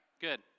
good